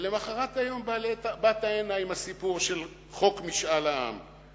ולמחרת היום באת הנה עם הסיפור של חוק משאל העם.